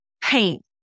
paint